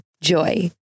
Joy